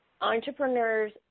entrepreneurs